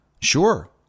Sure